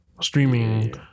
Streaming